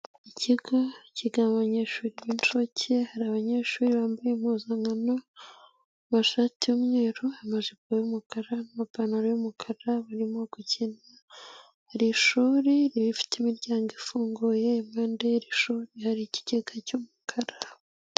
Ikigo kigamo abanyeshuri inshuke hari abanyeshuri bambaye impuzankano amashati y'umweru, amajipo y'umukara n'amapantaro y'umukara barimo gukina, iri shuri rifite imiryango ifunguye ndetse hari ikigega cy'umukara.